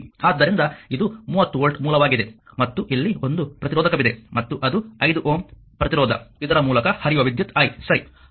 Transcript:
ಆದ್ದರಿಂದ ಇದು 30 ವೋಲ್ಟ್ ಮೂಲವಾಗಿದೆ ಮತ್ತು ಇಲ್ಲಿ ಒಂದು ಪ್ರತಿರೋಧಕವಿದೆ ಮತ್ತು ಅದು 5 Ω ಪ್ರತಿರೋಧ ಮತ್ತು ಇದರ ಮೂಲಕ ಹರಿಯುವ ವಿದ್ಯುತ್ i ಸರಿ